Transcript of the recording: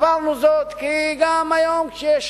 עברנו זאת כי גם היום כשיש,